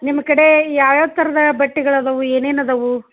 ನಿಮ್ಮ ಕಡೆ ಯಾವ ಯಾವ ಥರದ ಬಟ್ಟೆಗಳು ಅದಾವು ಏನೇನು ಅದಾವು